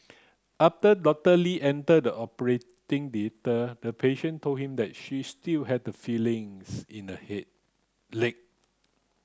after Doctor Lee entered the operating theatre the patient told him that she still had some feelings in the leg